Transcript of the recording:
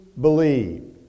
believe